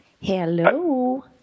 Hello